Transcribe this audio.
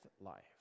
life